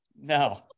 No